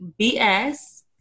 bs